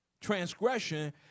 transgression